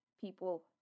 people